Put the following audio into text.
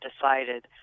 decided